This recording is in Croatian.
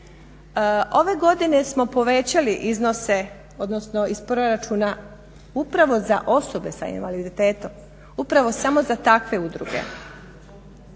Ove godine smo povećali iznose, odnosno iz proračuna upravo za osobe s invaliditetom, upravo samo za takve udruge.